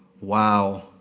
Wow